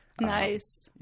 nice